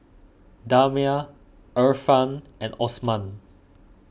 Damia Irfan and Osman